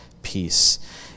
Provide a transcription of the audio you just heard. peace